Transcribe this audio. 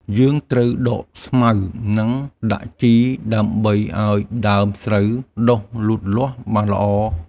យើងត្រូវដកស្មៅ និងដាក់ជីដើម្បីឱ្យដើមស្រូវដុះលូតលាស់បានល្អ។